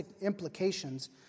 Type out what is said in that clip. implications